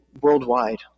worldwide